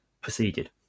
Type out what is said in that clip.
proceeded